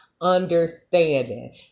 Understanding